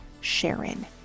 sharon